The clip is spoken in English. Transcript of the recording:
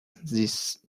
this